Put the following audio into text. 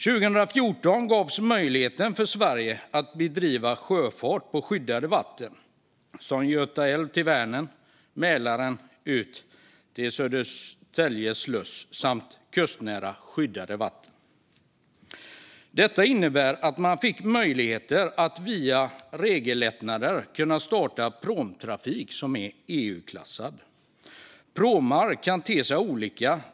År 2014 gavs möjlighet för Sverige att bedriva sjöfart på skyddade vatten som Göta älv till Vänern, Mälaren ut till Södertälje sluss samt kustnära skyddade vatten. Detta innebar att man fick möjligheter att via regellättnader starta EU-klassad pråmtrafik. Pråmar kan te sig olika.